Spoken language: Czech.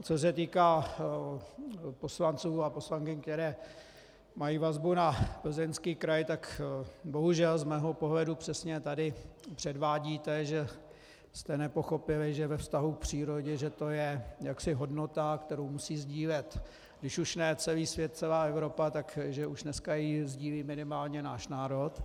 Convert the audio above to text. Co se týká poslanců a poslankyň, které mají vazbu na Plzeňský kraj, tak bohužel z mého pohledu přesně tady předvádíte, že jste nepochopili, že ve vztahu k přírodě, že to je jaksi hodnota, kterou musí sdílet když už ne celý svět, celá Evropa, tak že už dneska ji sdílí minimálně náš národ.